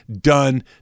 done